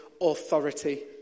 authority